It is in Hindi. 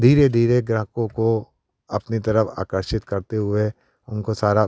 धीरे धीरे ग्राहकों को अपनी तरफ आकर्षित करते हुए उनको सारा